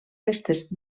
restes